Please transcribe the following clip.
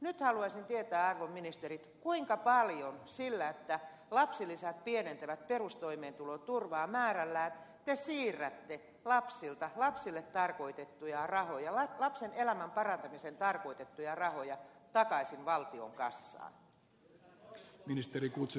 nyt haluaisin tietää arvon ministerit kuinka paljon sillä että lapsilisät pienentävät perustoimeentuloturvaa määrällään te siirrätte lapsilta lapsille tarkoitettuja rahoja lapsen elämän parantamiseen tarkoitettuja rahoja takaisin valtion kassaan